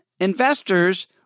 investors